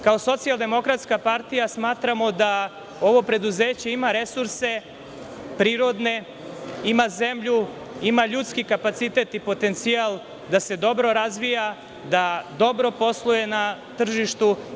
Kao Socijaldemokratska partija smatramo da ovo preduzeće ima resurse prirodne, ima zemlju, ima ljudski kapacitet i potencijal da se dobro razvija, da dobro posluje na tržištu.